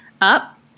up